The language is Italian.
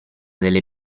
delle